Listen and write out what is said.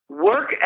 Work